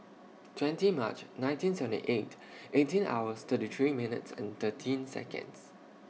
twenty March nineteen seventy eight eighteen hours thirty three minutes and thirteen Seconds